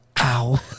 ow